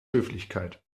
höflichkeit